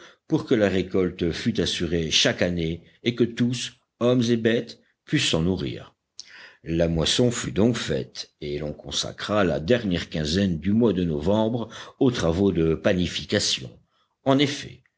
pour que la récolte fût assurée chaque année et que tous hommes et bêtes pussent s'en nourrir la moisson fut donc faite et l'on consacra la dernière quinzaine du mois de novembre aux travaux de panification en effet